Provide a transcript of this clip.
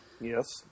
Yes